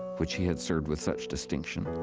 which he had served with such distinction.